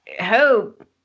Hope